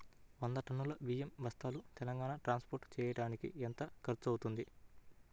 వంద టన్నులు బియ్యం బస్తాలు తెలంగాణ ట్రాస్పోర్ట్ చేయటానికి కి ఎంత ఖర్చు అవుతుంది?